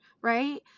right